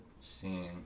seeing